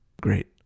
great